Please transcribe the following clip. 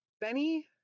Benny